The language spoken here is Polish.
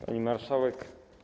Pani Marszałek!